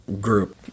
group